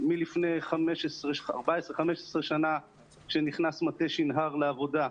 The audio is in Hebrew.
לפני 15-14 שנה כשנכנס מטה שנהר לעבודה,